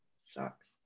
sucks